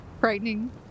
frightening